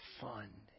fun